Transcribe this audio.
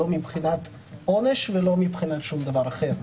לא מבחינת עונש ולא מבחינת שום דבר אחר.